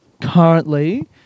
currently